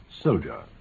soldier